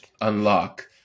unlock